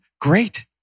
Great